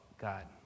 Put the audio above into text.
God